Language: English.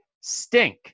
stink